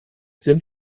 sind